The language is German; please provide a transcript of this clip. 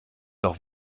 doch